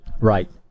Right